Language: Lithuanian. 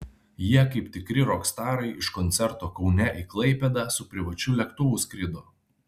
jie kaip tikri rokstarai iš koncerto kaune į klaipėdą su privačiu lėktuvu skrido